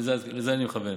לזה אני מכוון,